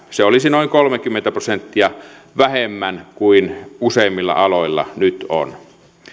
se olisi noin kolmekymmentä prosenttia vähemmän kuin useimmilla aloilla nyt on